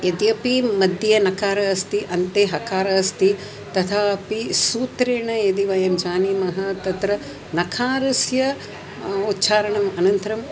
यद्यपि मध्ये नकारः अस्ति अन्ते हकारः अस्ति तथापि सूत्रेण यदि वयं जानीमः तत्र नकारस्य उच्चारणम् अनन्तरम्